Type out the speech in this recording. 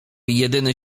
jedyny